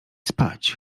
spać